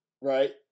right